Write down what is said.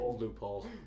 loophole